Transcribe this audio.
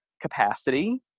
capacity